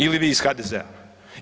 Ili vi iz HDZ-a?